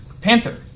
Panther